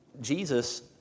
Jesus